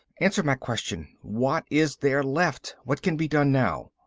answer my question. what is there left? what can be done now?